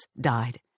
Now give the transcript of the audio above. died